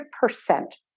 percent